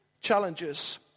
challenges